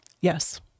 Yes